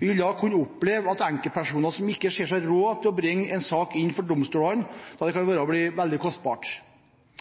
Vi vil da kunne oppleve at enkeltpersoner ikke ser seg råd til å bringe en sak inn for domstolene da det kan bli veldig kostbart.